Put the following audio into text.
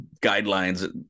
guidelines